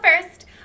first